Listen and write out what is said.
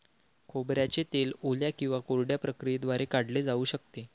खोबऱ्याचे तेल ओल्या किंवा कोरड्या प्रक्रियेद्वारे काढले जाऊ शकते